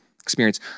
experience